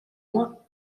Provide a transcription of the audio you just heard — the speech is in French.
loin